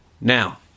Now